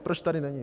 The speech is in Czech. Proč tady není?